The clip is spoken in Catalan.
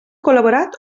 col·laborat